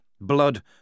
Blood